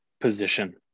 position